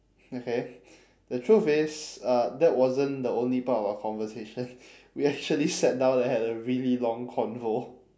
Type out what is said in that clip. okay the truth is uh that wasn't the only part of our conversation we actually sat down and had a really long convo